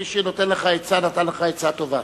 עניים בישראל.